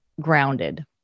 grounded